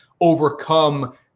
overcome